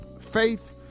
Faith